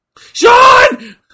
Sean